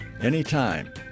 anytime